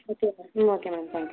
okay madam hmm okay madam thank you